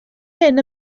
hyn